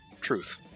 truth